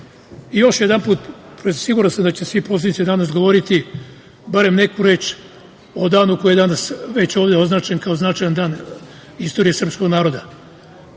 jednom, siguran sam da će svi poslanici danas govoriti, barem neku reč o danu koji je ovde označen kao značajan dan istorije srpskog naroda.